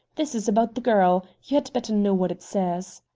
this is about the girl. you had better know what it says.